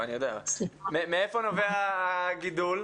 מאיפה נובע הגידול?